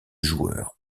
joueur